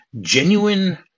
genuine